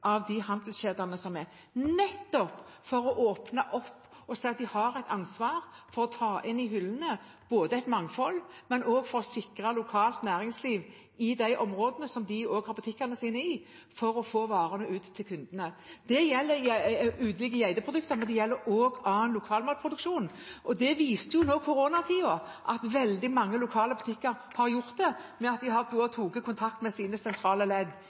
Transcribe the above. av handelskjedene – nettopp for å åpne opp og si at de har et ansvar for å ta dette inn i hyllene, både for å få et mangfold, for å sikre lokalt næringsliv i de områdene der de har butikkene sine, og for å få varene ut til kundene. Det gjelder ulike geiteprodukter, men det gjelder også annen lokal matproduksjon. Og koronatiden har jo nå vist at veldig mange lokale butikker har gjort det ved at de har tatt kontakt med sine sentrale ledd.